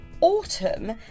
autumn